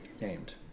named